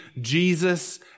Jesus